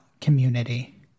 community